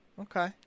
okay